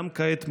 גם כעת ממש,